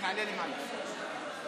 אנחנו